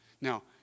Now